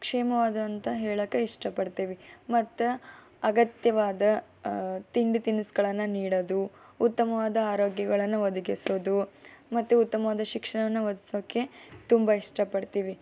ಕ್ಷೇಮವಾದ ಅಂತ ಹೇಳೋಕೆ ಇಷ್ಟ ಪಡ್ತೀವಿ ಮತ್ತು ಅಗತ್ಯವಾದ ತಿಂಡಿ ತಿನಿಸುಗಳನ್ನು ನೀಡೋದು ಉತ್ತಮವಾದ ಆರೋಗ್ಯಗಳನ್ನು ಒದಗಿಸುವುದು ಮತ್ತೆ ಉತ್ತಮವಾದ ಶಿಕ್ಷಣವನ್ನು ಓದಗಿಸೋಕೆ ತುಂಬ ಇಷ್ಟ ಪಡ್ತೀವಿ